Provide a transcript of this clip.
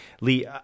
Lee